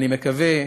אני מקווה,